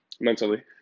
mentally